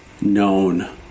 known